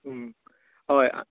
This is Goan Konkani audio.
हय